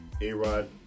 A-Rod